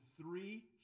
three